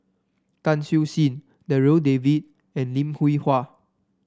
Tan Siew Sin Darryl David and Lim Hwee Hua